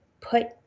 put